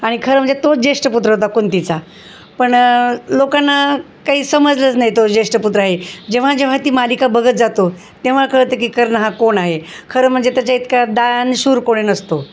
आणि खरं म्हणजे तो ज्येष्ठपुत्र होता कुंतीचा पण लोकांना काही समजलंच नाही तो ज्येष्ठ पुत्र आहे जेव्हा जेव्हा ती मालिका बघत जातो तेव्हा कळतं की कर्ण हा कोण आहे खरं म्हणजे त्याच्या इतका दानशूर कोणी नसतो